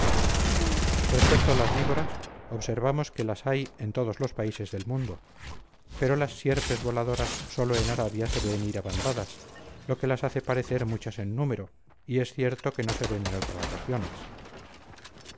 respecto a las víboras observamos que las hay en todos los países del mundo pero las sierpes voladoras solo en arabia se ven ir a bandadas lo que las hace parecer muchas en número y es cierto que no se ven en otras regiones